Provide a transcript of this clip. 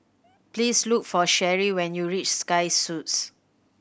please look for Sherie when you reach Sky Suites